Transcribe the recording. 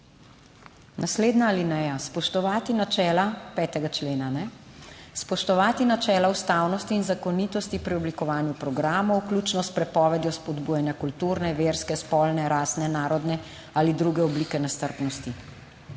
načela 5. člena." Spoštovati načela ustavnosti in zakonitosti pri oblikovanju programov, vključno s prepovedjo spodbujanja kulturne, verske spolne, rastne, narodne ali druge oblike nestrpnosti.